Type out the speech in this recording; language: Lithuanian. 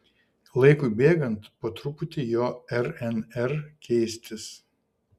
laikui bėgant po truputį jo rnr keistis